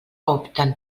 opten